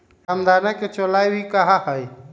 रामदाना के चौलाई भी कहा हई